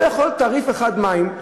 לא יכול להיות תעריף מים אחד,